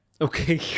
Okay